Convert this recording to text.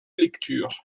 lecture